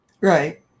right